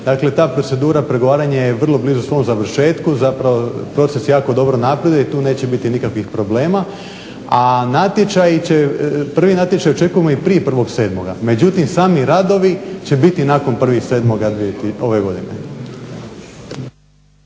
Križevci, ta procedura pregovaranja je vrlo blizu svom završetku, zapravo proces je jako dobro napravljan i tu neće biti nikakvih problema. A natječaji, prvi natječaj očekujemo i prije 1.7. Međutim sami radovi će biti nakon 1.7. ove godine.